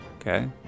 Okay